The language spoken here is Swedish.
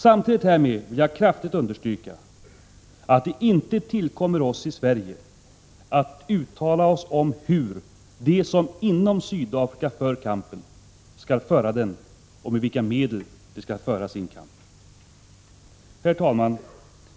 Samtidigt härmed vill jag kraftigt understryka att det inte tillkommer oss i Sverige att uttala oss om hur de som inom Sydafrika för kampen skall göra detta eller med vilka medel de skall föra sin kamp. Herr talman!